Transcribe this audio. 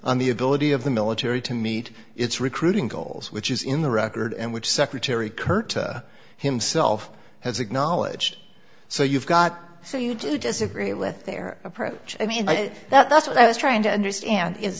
on the ability of the military to meet its recruiting goals which is in the record and which secretary kurta himself has acknowledged so you've got so you do disagree with their approach i mean that's what i was trying to understand is